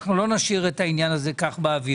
לא נשאיר את העניין באוויר.